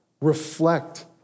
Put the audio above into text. Reflect